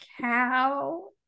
cow